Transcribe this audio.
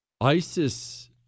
ISIS